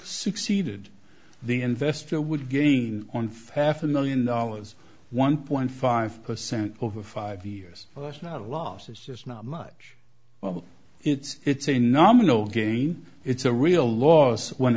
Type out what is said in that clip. succeeded the investor would gain on fafnir million dollars one point five percent over five years that's not a loss it's just not much well it's a nominal gain it's a real loss when